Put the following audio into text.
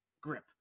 grip